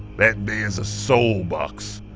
that there is a soul box.